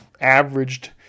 averaged